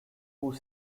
who